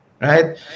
Right